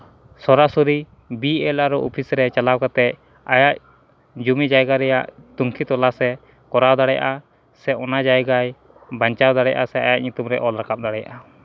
ᱥᱚᱨᱟᱥᱚᱨᱤ B L R O office ᱨᱮ ᱪᱟᱞᱟᱣ ᱠᱟᱛᱮᱫ ᱟᱭᱟᱜ ᱡᱚᱢᱤ ᱡᱟᱭᱜᱟ ᱨᱮᱭᱟᱜ ᱛᱩᱱᱠᱷᱤ ᱛᱚᱞᱟᱥ ᱮ ᱠᱚᱨᱟᱣ ᱫᱟᱲᱮᱭᱟᱜᱼᱟ ᱥᱮ ᱚᱱᱟ ᱡᱟᱭᱜᱟᱭ ᱵᱟᱧᱪᱟᱣ ᱫᱟᱲᱮᱭᱟᱜᱼᱟ ᱥᱮ ᱟᱡ ᱧᱩᱛᱩᱢ ᱨᱮᱭ ᱚᱞ ᱨᱟᱠᱟᱵ ᱫᱟᱲᱮᱭᱟᱜᱼᱟ